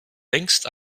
längst